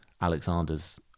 Alexander's